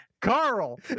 Carl